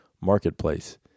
Marketplace